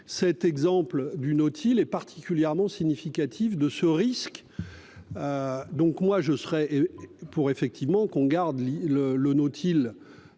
cet exemple d'une autre, il est particulièrement significatif de ce risque. Donc moi je serais. Pour effectivement qu'on garde le le Nautile